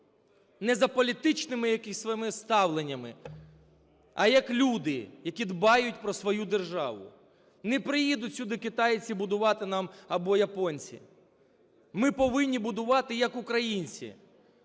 не за політичними якимись своїми ставленнями, а як люди, які дбають про свою державу. Не приїдуть сюди китайці будувати нам або японці. Ми повинні будувати як українці,